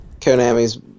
Konami's